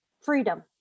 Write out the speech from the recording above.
freedom